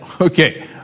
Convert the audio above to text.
Okay